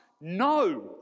No